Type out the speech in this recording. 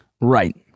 Right